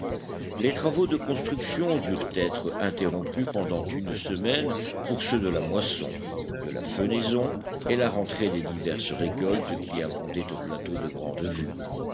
les travaux de construction durent être interrompus pendant une semaine pour ceux de la moisson de la fenaison et la rentrée des diverses récoltes qui abondaient au plateau de